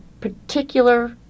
particular